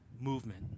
movement